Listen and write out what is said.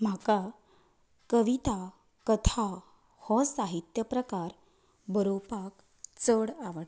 म्हाका कविता कथा हे साहित्य प्रकार बरोवपाक चड आवडटा